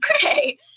pray